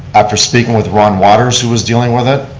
after speaking with ron waters, who was dealing with it,